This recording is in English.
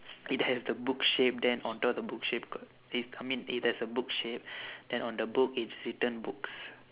it has the book shape then on top of the book shape got this I mean it has a book shape then on the book it's written books